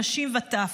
נשים וטף,